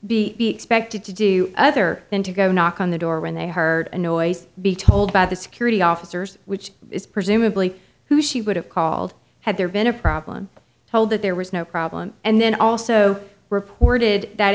and be expected to do other than to go knock on the door when they heard a noise be told by the security officers which is presumably who she would have called had there been a problem hold that there was no problem and then also reported that